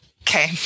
Okay